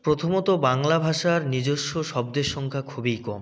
প্রথমত বাংলা ভাষার নিজস্ব শব্দের সংখ্যা খুবই কম